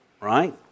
right